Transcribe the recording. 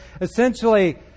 Essentially